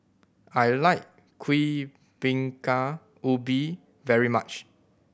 I like Kuih Bingka Ubi very much